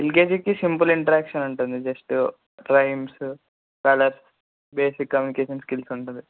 L K జీకి simple interaction ఉంటుంది just rhymes colours basic communication skills ఉంటుంది